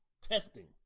testing